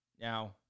Now